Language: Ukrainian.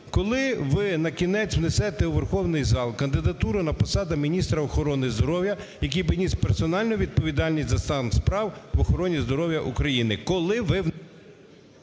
Коли винакінець внесете у верховний зал кандидатуру на посаду міністра охорони здоров'я, який би ніс персональну відповідальність за стан справ в охороні здоров'я України? Коли ви…